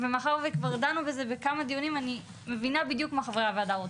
מאחר שכבר דנו בזה בכמה דיונים אני מבינה בדיוק מה חברי הוועדה רוצים.